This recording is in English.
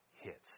hits